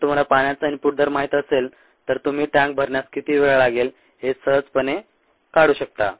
जर तुम्हाला पाण्याचा इनपुट दर माहित असेल तर तुम्ही टँक भरण्यास किती वेळ लागेल हे सहजपणे काढू शकता